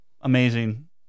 amazing